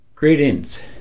Greetings